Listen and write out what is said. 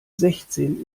sechzehn